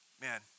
man